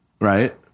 Right